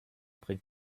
bringt